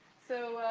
so,